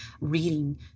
reading